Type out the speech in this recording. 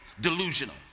delusional